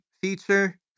feature